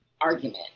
argument